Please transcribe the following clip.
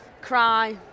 Cry